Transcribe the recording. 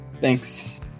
Thanks